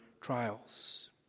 trials